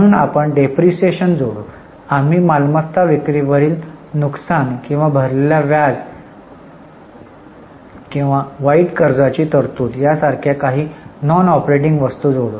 म्हणून आपण डेप्रिसिएशन जोडू आम्ही मालमत्ता विक्री वरील नुकसान किंवा भरलेल्या व्याज वाईट कर्जाची तरतूद यासारख्या काही नॉन ऑपरेटिंग वस्तू जोडू